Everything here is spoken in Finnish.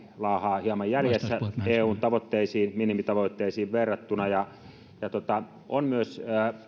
laahaa hieman jäljessä eun minimitavoitteisiin verrattuna on myös